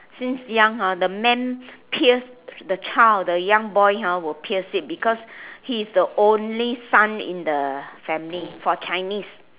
since young ah the men pierce the child the young boy ah will pierce it because he's the only son in the family for chinese